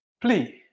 Please